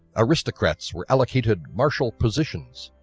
aristocrats were allocated martial positions,